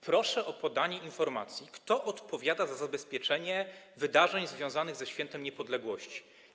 Proszę o podanie informacji, kto odpowiada za zabezpieczenie wydarzeń związanych ze świętem niepodległości.